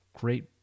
great